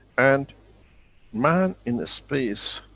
and man in space,